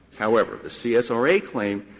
however, the csra claim